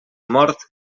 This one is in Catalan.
mort